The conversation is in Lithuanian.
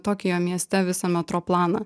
tokijo mieste visą metro planą